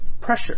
Pressure